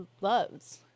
loves